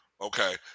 Okay